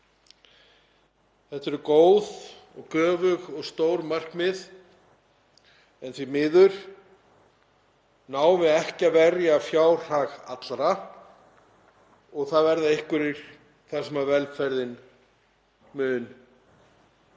Þetta eru góð og göfug og stór markmið en því miður náum við ekki að verja fjárhag allra og hjá einhverjum mun velferðin því